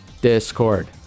Discord